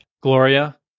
Gloria